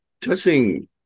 touching